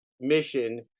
mission